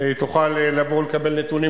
היא תוכל לבוא ולקבל נתונים,